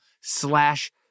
slash